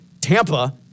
Tampa